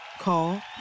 Call